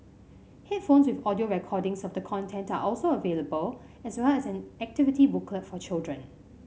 headphones with audio recordings of the content are also available as well as an activity booklet for children